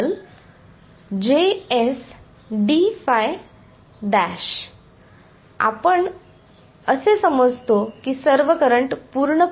तर हे देखील वेळ पहा 1054 आणि येथे स्त्रोत ठेवले आणि येथे निरिक्षण ठेवले ठीक आहे ही येथे सममितीय परिस्थिती आहे